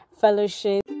Fellowship